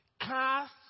Cast